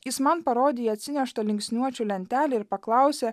jis man parodė į atsineštą linksniuočių lentelę ir paklausė